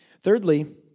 Thirdly